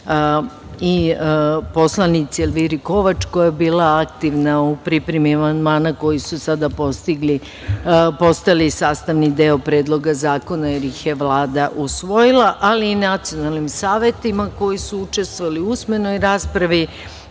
i poslanici Elviri Kovač koja je bila aktivna u pripremi amandmana koji su sada postali sastavni deo Predloga zakona, jer ih je Vlada usvojila, ali i nacionalnim savetima koji su učestvovali u usmenoj raspravi